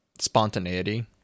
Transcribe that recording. spontaneity